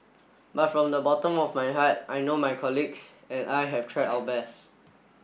but from the bottom of my heart I know my colleagues and I have tried our best